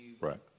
Right